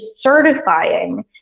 certifying